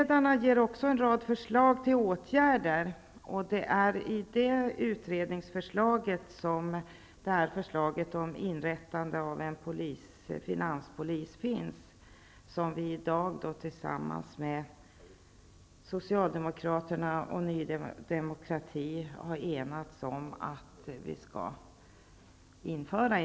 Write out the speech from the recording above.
Utredarna ger också en rad förslag till åtgärder, bl.a. förslaget om inrättandet av en finanspolis, som vi i dag tillsammans med Socialdemokraterna och Ny demokrati har enats om att genomföra.